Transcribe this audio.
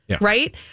Right